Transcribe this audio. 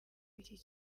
iki